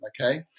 Okay